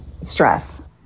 stress